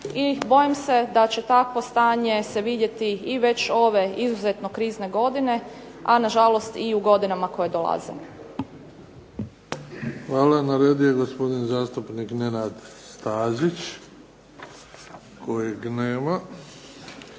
I bojim se da će takvo stanje se vidjeti i već ove izuzetno krizne godine, a nažalost i u godinama koje dolaze. **Bebić, Luka (HDZ)** Hvala. Na redu je gospodin zastupnik Nenad Stazić kojeg nema.